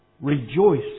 Rejoice